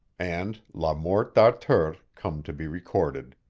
and le morte d'arthur come to be recorded.